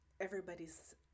Everybody's